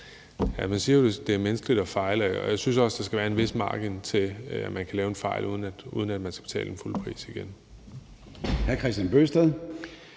Man siger jo, at det er menneskeligt at fejle, og jeg synes også, der skal være en vis margin til, at man kan lave en fejl, uden at man skal betale den fulde pris igen.